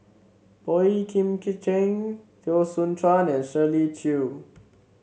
Boey Kim Cheng Teo Soon Chuan and Shirley Chew